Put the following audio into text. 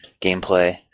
gameplay